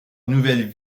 nouvelle